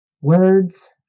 Words